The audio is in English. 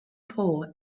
paw